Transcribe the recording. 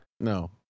No